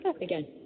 Again